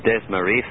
Desmarais